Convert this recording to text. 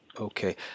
Okay